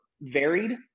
varied